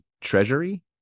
treasury